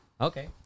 Okay